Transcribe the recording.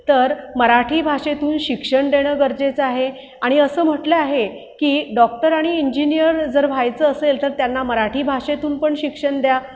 तर मराठी भाषेतून शिक्षण देणं गरजेचं आहे आणि असं म्हंटलं आहे की डॉक्टर आणि इंजीनियर जर व्हायचं असेल तर त्यांना मराठी भाषेतून पण शिक्षण द्या